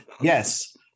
Yes